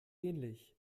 ähnlich